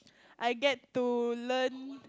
I get to learn